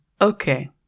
Okay